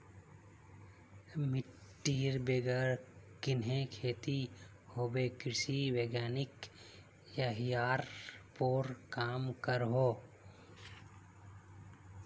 मिटटीर बगैर कन्हे खेती होबे कृषि वैज्ञानिक यहिरार पोर काम करोह